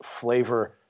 flavor